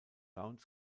round